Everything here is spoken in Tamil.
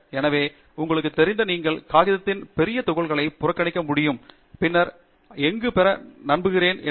எனவே நீங்கள் காகிதத்தின் பெரிய துகள்கள் புறக்கணிக்க முடியும் என்று அர்த்தம் இல்லை பின்னர் எங்கும் பெற நம்புகிறேன் உங்களுக்கு தெரியும்